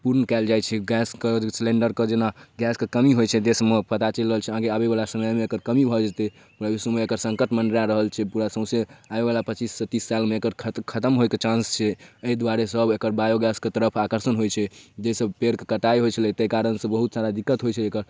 पूर्ण कएल जाइ छै गैसके सिलेण्डरके जेना गैसके कमी होइ छै देशमे पता चलि रहल छै अहाँके आबैवला समयमे एकर कमी भऽ जेतै विश्वमे एकर सङ्कट मँडरा रहल छै पूरा सौँसे आबैवला पचीससँ तीस सालमे एकर खत खतम होइके चान्स छै एहि दुआरे सब एकर बायोगैसके तरफ आकर्षण होइ छै जाहिसँ पेड़के कटाइ होइ छलै ताहि कारणसँ बहुत सारा दिक्कत होइ छै एकर